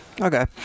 Okay